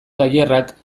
tailerrak